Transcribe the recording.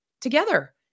together